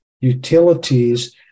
utilities